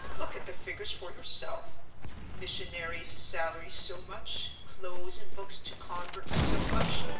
look at the figures for yourself missionary's salary so much, clothes and books to converts so much,